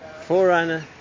forerunner